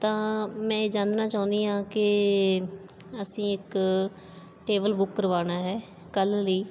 ਤਾਂ ਮੈਂ ਇਹ ਜਾਣਨਾ ਚਾਹੁੰਦੀ ਹਾਂ ਕਿ ਅਸੀਂ ਇੱਕ ਟੇਬਲ ਬੁੱਕ ਕਰਵਾਉਣਾ ਹੈ ਕੱਲ੍ਹ ਲਈ